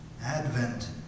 Advent